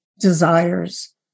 desires